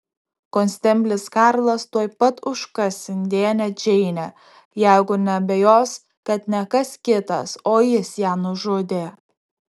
konsteblis karlas tuoj pat užkas indėnę džeinę jeigu neabejos kad ne kas kitas o jis ją nužudė